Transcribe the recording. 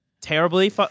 terribly